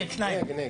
שניים.